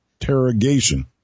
interrogation